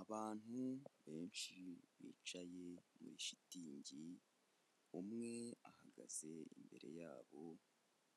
Abantu benshi bicaye muri shitingi, umwe ahagaze imbere yabo